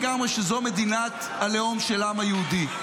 אני מסכים לגמרי שזו מדינת הלאום של העם היהודי.